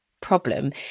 problem